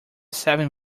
seven